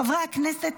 חברי הכנסת,